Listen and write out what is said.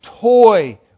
toy